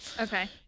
okay